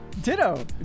ditto